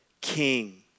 king